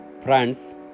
Friends